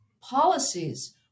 policies